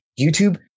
YouTube